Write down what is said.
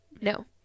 No